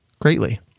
greatly